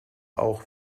auch